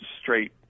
straight